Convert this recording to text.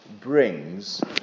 brings